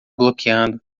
bloqueando